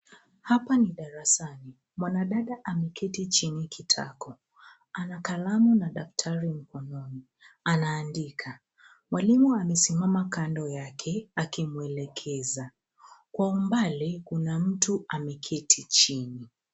Hapa ni darasani. Mwanadada ameketi chini kitako. Anakalamu na daftari mkononi. Anaandika. Mwalimu amesimama kando yake akimwelekeza. Kwa umbali kuna mtu ameketi chini.